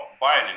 buying